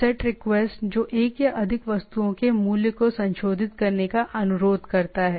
set request जो एक या अधिक वस्तुओं के मूल्य को संशोधित करने का अनुरोध करता है